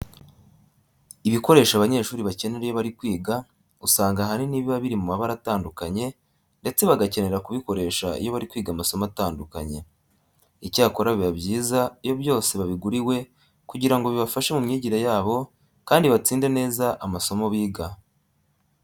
Ibikoresho abanyeshuri bakenera iyo bari kwiga usanga ahanini biba biri mu mabara atandukanye ndetse bagakenera kubikoresha iyo bari kwiga amasomo atandukanye. Icyakora biba byiza iyo byose babiguriwe kugira ngo bibafashe mu myigire yabo kandi batsinde neza amasomo biga.